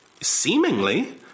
Seemingly